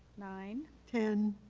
nine. ten,